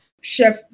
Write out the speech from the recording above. Chef